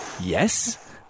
yes